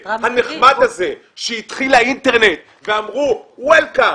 הנחמד הזה שהתחיל האינטרנט ואמרו ברוך הבא,